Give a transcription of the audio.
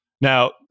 Now